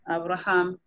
Abraham